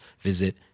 visit